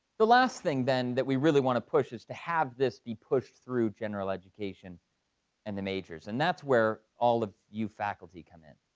the last thing, then, that we really wanna push is to have this be pushed through general education and the majors. and that's where all of you faculty come in.